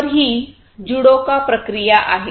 तर ही जीडोका प्रक्रिया आहे